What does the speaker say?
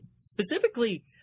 specifically